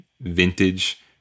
vintage